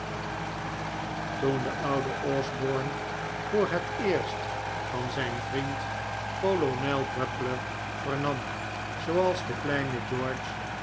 toen de oude osborne voor het eerst van zijn vriend kolonel buckler vernam zooals de kleine george